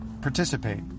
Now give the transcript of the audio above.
participate